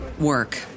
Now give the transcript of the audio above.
work